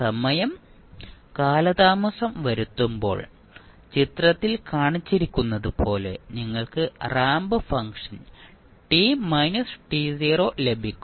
സമയം കാലതാമസം വരുത്തുമ്പോൾ ചിത്രത്തിൽ കാണിച്ചിരിക്കുന്നതുപോലെ നിങ്ങൾക്ക് റാംപ് ഫംഗ്ഷൻ t ലഭിക്കും